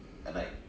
like